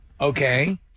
Okay